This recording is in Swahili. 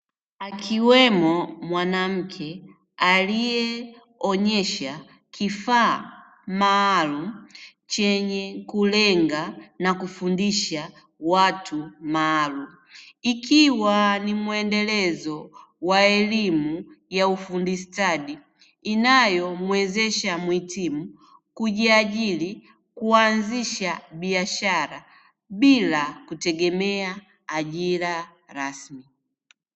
Akiwemo mwanamke aliyeonyesha kifaa maalumu chenye kulenga na kufundisha watu maalumu, ikiwa ni mwendelezo wa elimu ya ufundi stadi inayomwezesha muhitimu kujiajiri kuanzisha biashara bila kutegemea ajira rasmi.